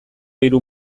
hiru